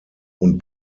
und